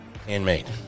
Handmade